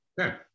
Okay